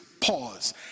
Pause